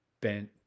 bent